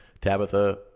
Tabitha